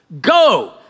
Go